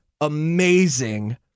amazing